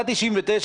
בהחלטה 99',